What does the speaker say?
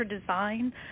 Design